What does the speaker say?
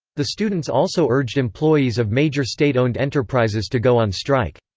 the students also urged employees of major state-owned enterprises to go on strike.